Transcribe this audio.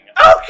Okay